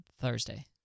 Thursday